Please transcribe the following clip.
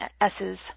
S's